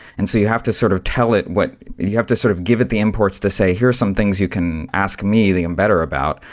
and so you have to sort of tell it what you have to sort of give it the imports to say, here are some things you can ask me, the embedder, about,